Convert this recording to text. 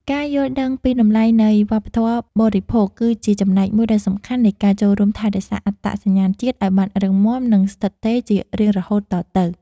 ការយល់ដឹងពីតម្លៃនៃវប្បធម៌បរិភោគគឺជាចំណែកមួយដ៏សំខាន់នៃការចូលរួមថែរក្សាអត្តសញ្ញាណជាតិឱ្យបានរឹងមាំ និង ស្ថិតស្ថេរជារៀងរហូតតទៅ។